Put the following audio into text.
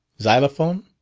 xylophone?